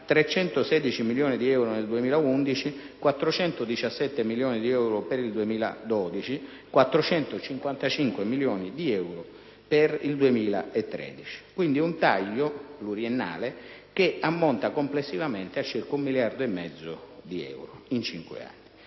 316 milioni di euro nel 2011, di 417 milioni di euro per il 2012 e di 455 milioni di euro per il 2013: un taglio pluriennale che ammonta complessivamente a circa un miliardo e mezzo di euro in cinque anni.